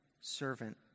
servant